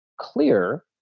clear